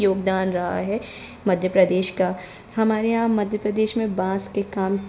योगदान रहा है मध्य प्रदेश का हमारे यहाँ मध्य प्रदेश में बांस के काम